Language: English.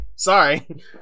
sorry